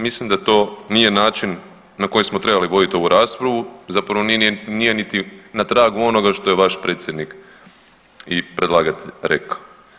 Mislim da to nije način na koji smo trebali voditi ovu raspravu, zapravo nije niti na tragu onoga što je vaš predsjednik i predlagatelj rekao.